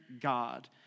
God